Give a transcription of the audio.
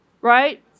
Right